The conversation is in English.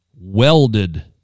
welded